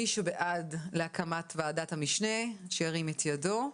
מי שבעד הקמת ועדת המשנה שירים את ידו.